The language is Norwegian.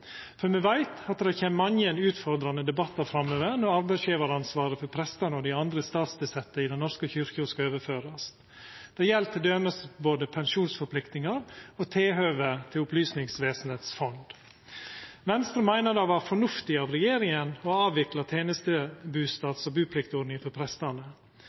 for me veit at det kjem mange utfordrande debattar framover når arbeidsgjevaransvaret for prestane og dei andre statstilsette i Den norske kyrkja skal overførast. Det gjeld t.d. både pensjonsforpliktingar og tilhøvet til Opplysningsvesenets fond. Venstre meiner det var fornuftig av regjeringa å avvikla tenestebustad- og bupliktordninga for prestane.